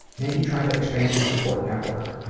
maybe try to expand your support network.